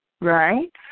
right